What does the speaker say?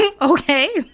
okay